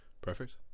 perfect